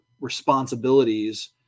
responsibilities